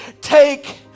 take